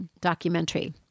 documentary